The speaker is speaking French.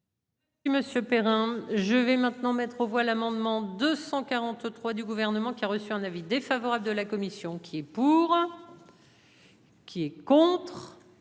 Monsieur Perrin. Je vais maintenant mettre aux voix l'amendement 243 du gouvernement qui a reçu un avis défavorable de la commission. Qui est pour. Qui est contre.